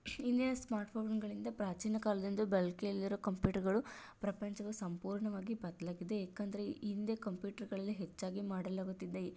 ಇನ್ನೇನು ಸ್ಮಾರ್ಟ್ಫೋನ್ಗಳಿಂದ ಪ್ರಾಚೀನ ಕಾಲದಿಂದ್ಲೂ ಬಳಕೆಯಲ್ಲಿರುವ ಕಂಪ್ಯೂಟರ್ಗಳು ಪ್ರಪಂಚನ ಸಂಪೂರ್ಣವಾಗಿ ಬದಲಾಗಿದೆ ಏಕೆಂದ್ರೆ ಹಿಂದೆ ಕಂಪ್ಯೂಟರ್ಗಳಲ್ಲಿ ಹೆಚ್ಚಾಗಿ ಮಾಡಲಾಗುತ್ತಿದ್ದ